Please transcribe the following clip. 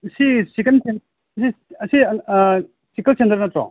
ꯁꯤ ꯆꯤꯀꯟ ꯑꯁꯤ chicken centre ꯅꯠꯇ꯭ꯔꯣ